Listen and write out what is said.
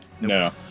No